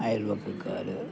അയൽപക്കക്കാർ